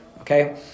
okay